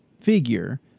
figure